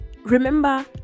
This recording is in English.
Remember